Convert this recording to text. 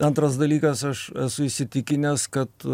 antras dalykas aš esu įsitikinęs kad